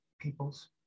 peoples